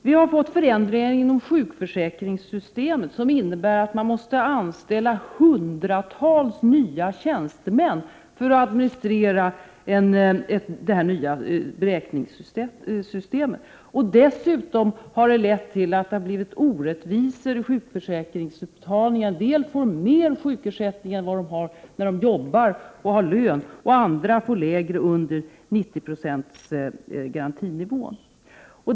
Vi har fått inom sjukförsäkringssystemet förändringar, som innebär att man måst anställa hundratals fler tjänstemän för att administrera det nya beräkningssystemet, som dessutom har lett till orättvisor i sjukförsäkringsutbetalningarna. En del får mer i ersättning vid sjukdom än vad de har i lön när de jobbar, andra får lägre ersättning än garantinivån på 90 96.